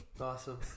Awesome